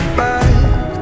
back